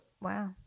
wow